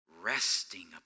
resting